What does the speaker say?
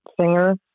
singer